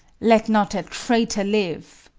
let not a traitor live!